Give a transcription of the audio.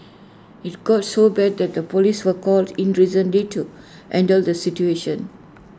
IT got so bad that the Police were called in recently to handle the situation